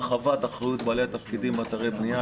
הרחבת אחריות בעלי התפקידים באתרי בנייה.